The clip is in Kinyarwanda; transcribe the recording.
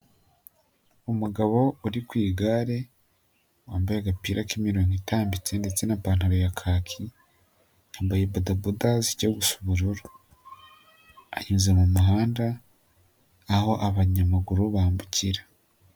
Umugabo uri ku igare wambaye agapira k'imirongo itambitse ndetse n'ipantaro ya kaki, yambaye bodaboda zijya gusa ubururu. Anyuze mu muhanda aho abanyamaguru bambukira.